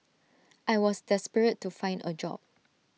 I was desperate to find A job